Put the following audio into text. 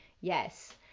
yes